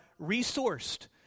resourced